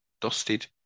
dusted